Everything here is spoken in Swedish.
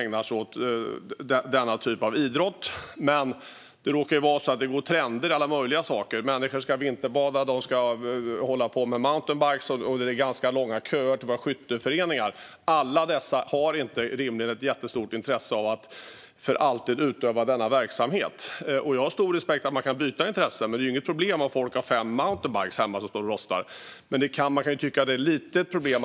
Men det går ju trender i allt möjligt. Plötsligt ska alla människor vinterbada eller cykla mountainbike, och nu är det långa köer till våra skytteföreningar. Men alla har rimligen inte ett jättestort intresse av att för alltid utöva denna verksamhet. Jag har stor respekt för att man kan byta intresse. Det är ju inget problem om folk har fem mountainbikar hemma som står och rostar. Men det finns ett annat problem.